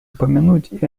упомянуть